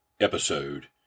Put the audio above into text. episode